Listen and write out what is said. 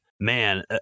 Man